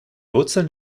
wurzeln